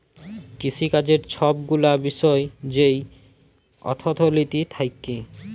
কিসিকাজের ছব গুলা বিষয় যেই অথ্থলিতি থ্যাকে